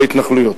בהתנחלויות.